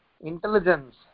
intelligence